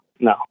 No